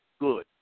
good